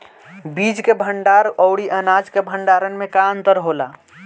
बीज के भंडार औरी अनाज के भंडारन में का अंतर होला?